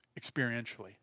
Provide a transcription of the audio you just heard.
experientially